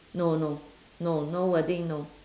no no no no wording no